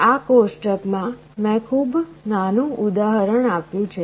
આ કોષ્ટકમાં મેં ખૂબ નાનું ઉદાહરણ આપ્યું છે